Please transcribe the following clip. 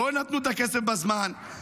לא נתנו את הכסף בזמן,